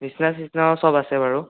বিচনা চিচনাও সব আছে বাৰু